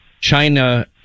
China